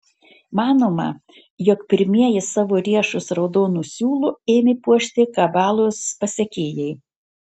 manoma jog pirmieji savo riešus raudonu siūlu ėmė puošti kabalos pasekėjai